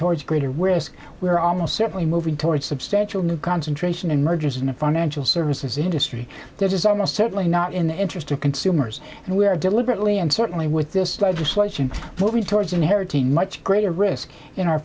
towards greater risk we are almost certainly moving towards substantial new concentration and mergers in the financial services industry that is almost certainly not in the interest of consumers and we are deliberately and certainly with this legislation moving towards inheriting much greater risk in our